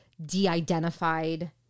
de-identified